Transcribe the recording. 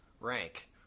rank